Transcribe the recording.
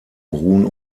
ruhen